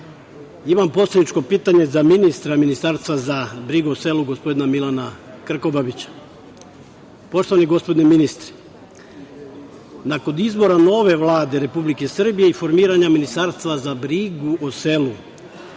imam poslaničko pitanje za ministra Ministarstva za brigu o selu, gospodina Milana Krkobabića. Poštovani gospodine ministre, nakon izbora nove Vlade Republike Srbije i formiranja Ministarstva za brigu o selu,